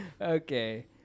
okay